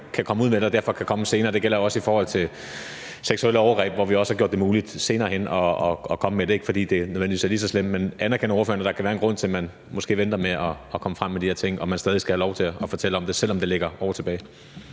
kan komme ud med det, og derfor skal kunne komme med det senere? Det gælder jo også i forhold til seksuelle overgreb, hvor vi også har gjort det muligt senere hen at komme med det, ikke fordi det her nødvendigvis er lige så slemt. Men anerkender ordføreren, at der kan være en grund til, at man måske venter med at komme frem med de her ting, og at man stadig skal have lov til at fortælle om det, selv om det ligger år tilbage?